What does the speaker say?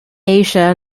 asia